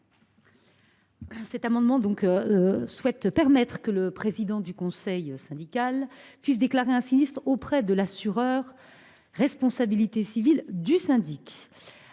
cet amendement souhaitent permettre au président du conseil syndical de déclarer un sinistre auprès de l’assureur de responsabilité civile du syndic.